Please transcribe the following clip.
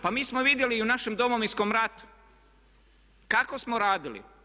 Pa mi smo vidjeli i u našem Domovinskom ratu kako smo radili.